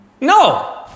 No